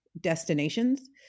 destinations